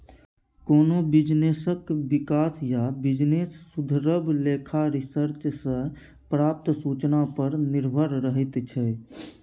कोनो बिजनेसक बिकास या बिजनेस सुधरब लेखा रिसर्च सँ प्राप्त सुचना पर निर्भर रहैत छै